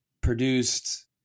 produced